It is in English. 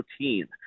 routine